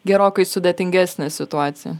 gerokai sudėtingesnė situacija